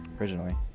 originally